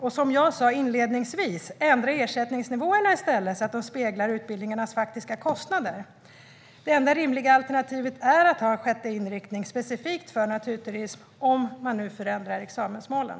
Och som jag sa inledningsvis: Ändra ersättningsnivåerna i stället, så att de speglar utbildningarnas faktiska kostnader! Det enda rimliga alternativet är att ha en sjätte inriktning specifikt för naturturism, om man nu förändrar examensmålen.